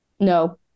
No